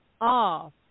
off